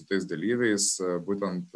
kitais dalyviais būtent